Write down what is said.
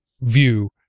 view